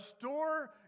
store